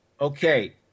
Okay